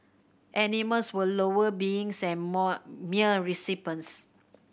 animals were lower beings and more mere recipients